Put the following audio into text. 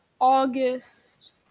august